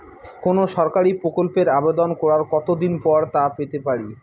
কোনো সরকারি প্রকল্পের আবেদন করার কত দিন পর তা পেতে পারি?